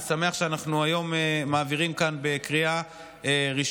אני שמח שאנחנו היום מעבירים את זה כאן בקריאה ראשונה.